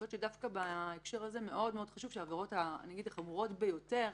יכול להיות שדווקא בהקשר הזה חשוב שהעבירות החמורות ביותר